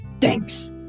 Thanks